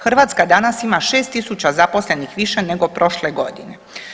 Hrvatska danas ima 6.000 zaposlenih više nego prošle godine.